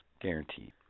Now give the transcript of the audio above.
guaranteed